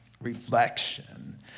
reflection